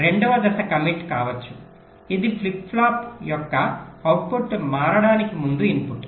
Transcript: రెండవ దశ కమిట్ కావచ్చు ఇది ఫిస్ట్ ఫ్లిప్ ఫ్లాప్ యొక్క అవుట్పుట్ మారడానికి ముందు ఇన్పుట్